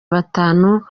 batatu